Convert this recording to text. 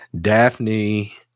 Daphne